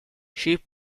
she